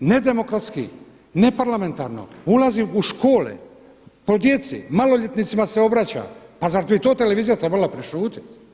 ne demokratski, ne parlamentarno, ulazi u škole, pa o djeci, maloljetnicima se obraća, pa zar bi to televizija trebala prešutjeti?